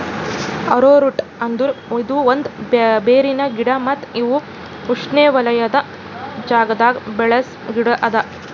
arrowroot ಅಂದುರ್ ಇದು ಒಂದ್ ಬೇರಿನ ಗಿಡ ಮತ್ತ ಇವು ಉಷ್ಣೆವಲಯದ್ ಜಾಗದಾಗ್ ಬೆಳಸ ಗಿಡ ಅದಾ